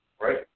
right